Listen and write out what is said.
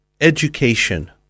education